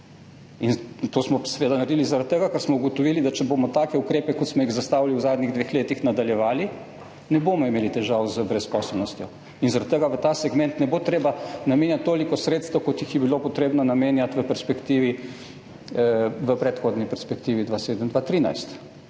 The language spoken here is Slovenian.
To smo seveda naredili zaradi tega, ker smo ugotovili, da če bomo z ukrepi, kot smo jih zastavili v zadnjih dveh letih, nadaljevali, ne bomo imeli težav z brezposelnostjo. Zaradi tega v ta segment ne bo treba namenjati toliko sredstev, kot jih je bilo potrebno namenjati v predhodni perspektivi, 2007–2013.